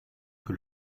que